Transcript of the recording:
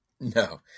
No